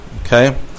okay